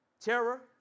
Terror